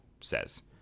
says